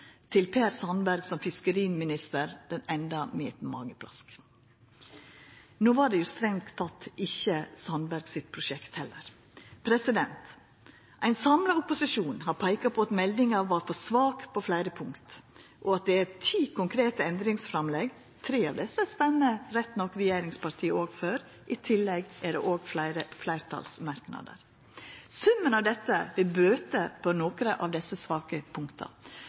Per Sandberg som fiskeriminister enda med mageplask. No var det på sett og vis ikkje Sandberg sitt prosjekt heller. Ein samla opposisjon har peika på at meldinga var for svak på fleire punkt, og det er ti konkrete endringsframlegg – tre av desse stemmer rett nok regjeringspartia òg for. I tillegg er det fleire fleirtalsmerknader. Summen av dette bøter på nokre av desse svake punkta,